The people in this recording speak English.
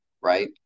right